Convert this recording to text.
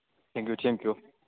thank you thank you